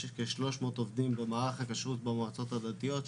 יש כ-300 עובדים במערך הכשרות במועצות הדתיות,